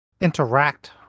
interact